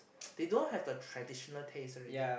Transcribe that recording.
they don't have the traditional taste already